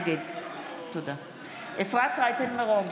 נגד אפרת רייטן מרום,